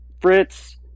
Fritz